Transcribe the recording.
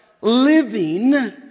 Living